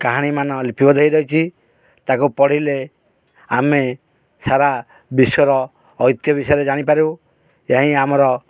କାହାଣୀମାନ ଲିପିବଦ୍ଧ ହୋଇ ରହିଛି ତାକୁ ପଢ଼ିଲେ ଆମେ ସାରା ବିଶ୍ୱର ଐତିହ୍ୟ ବିଷୟରେ ଜାଣିପାରୁ ଏଇ ଆମର